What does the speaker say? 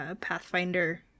Pathfinder